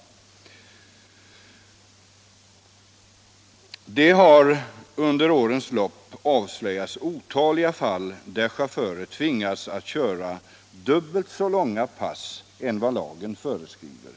Det har under årens lopp avslöjats otaliga fall där chaufförer har tvingats köra dubbelt så långa pass som lagen föreskriver.